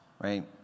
right